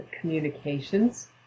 communications